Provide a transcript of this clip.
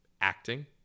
acting